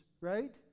right